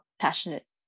passionate